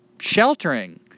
sheltering